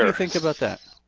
and think about that?